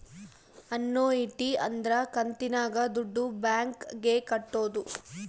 annuity ಅಂದ್ರ ಕಂತಿನಾಗ ದುಡ್ಡು ಬ್ಯಾಂಕ್ ಗೆ ಕಟ್ಟೋದು